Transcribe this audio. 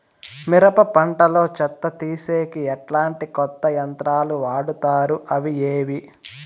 మిరప పంట లో చెత్త తీసేకి ఎట్లాంటి కొత్త యంత్రాలు వాడుతారు అవి ఏవి?